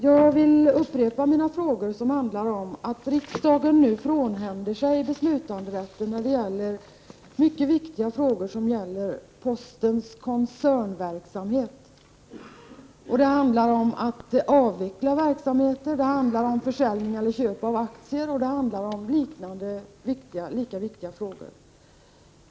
Jag vill upprepa mina frågor som handlar om att riksdagen nu frånhänder sig beslutanderätten i mycket viktiga frågor avseende postens koncernverksamhet. Det handlar om att avveckla verksamheter, det handlar om försäljning eller köp av aktier och om andra lika viktiga ting.